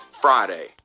Friday